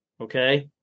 okay